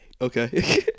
Okay